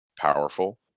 powerful